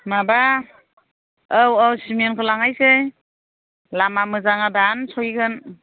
माबा औ औ सिनेनखौ लांनोसै लामा मोजाङा दानो सहैगोन